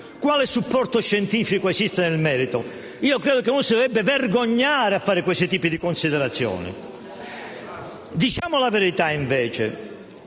Quale supporto scientifico esiste nel merito? Io credo che ci si dovrebbe vergognare a fare questo tipo di considerazioni! SANGALLI *(PD)*. Bravo.